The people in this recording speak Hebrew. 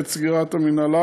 בעת סגירת המינהלה,